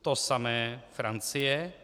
To samé Francie.